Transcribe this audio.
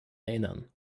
erinnern